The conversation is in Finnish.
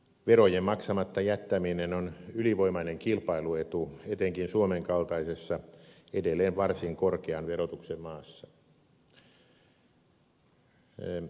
verojen maksamatta jättäminen on ylivoimainen kilpailuetu etenkin suomen kaltaisessa edelleen varsin korkean verotuksen maassa